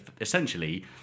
essentially